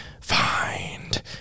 find